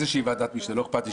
דווקא מיהדות התורה,